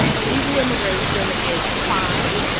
illegal immigration is crime,